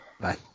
Bye